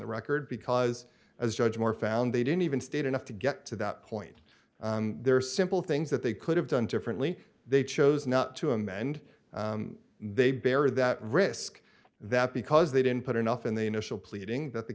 the record because as judge moore found they didn't even state enough to get to that point there are simple things that they could have done differently they chose not to amend they bear that risk that because they didn't put enough in the initial pleading that the